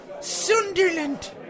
Sunderland